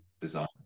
design